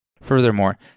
Furthermore